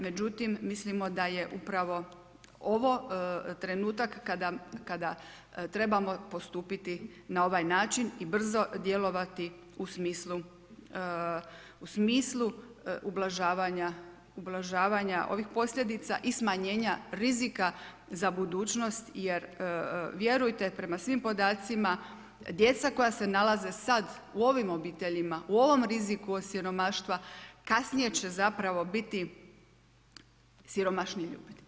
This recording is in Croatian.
Međutim, mislimo da je upravo ovo trenutak kada trebamo postupiti na ovaj način i brzo djelovati u smislu ublažavanja ovih posljedica i smanjenja rizika za budućnost jer vjerujte, prema svim podacima djeca koja se nalaze sad u ovim obiteljima, u ovom riziku od siromaštva, kasnije će zapravo biti siromašniji ljudi.